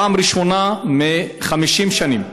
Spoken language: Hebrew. פעם ראשונה ב-50 שנים,